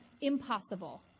impossible